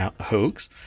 hoax